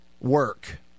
work